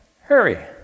hurry